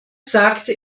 sagte